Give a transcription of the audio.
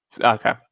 okay